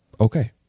Okay